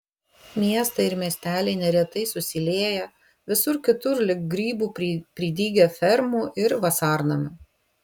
miestai ir miesteliai neretai susilieję visur kitur lyg grybų pridygę fermų ir vasarnamių